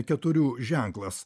keturių ženklas